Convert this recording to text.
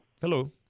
Hello